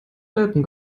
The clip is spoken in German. welpen